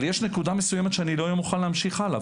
אבל יש נקודה מסוימת שלא אהיה מוכן להמשיך הלאה,